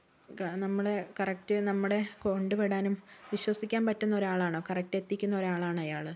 നമ്മളെ കറക്ട് നമ്മുടെ കൊണ്ടുവിടാനും വിശ്വസിക്കാൻ പറ്റുന്ന ഒരാളാണോ കറക്ട് എത്തിക്കുന്ന ആളാണോ അയാൾ